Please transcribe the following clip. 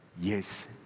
yes